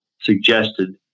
suggested